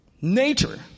Nature